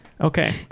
okay